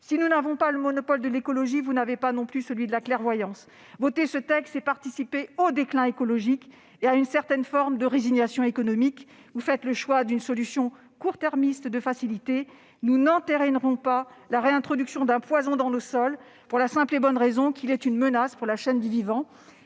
Si nous n'avons pas le monopole de l'écologie, vous n'avez pas le don de la clairvoyance. Voter ce texte, c'est participer au déclin écologique et à une certaine forme de résignation économique. Vous faites le choix d'une solution court-termiste et de facilité. Nous n'entérinerons pas la réintroduction d'un poison dans le sol, pour la simple et bonne raison qu'il est une menace pour la chaîne du vivant.